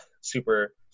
super